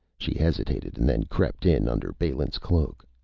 she hesitated, and then crept in under balin's cloak.